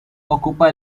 ocupa